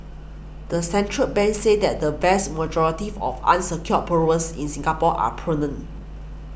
the central bank said that the vast majority of unsecured borrowers in Singapore are prudent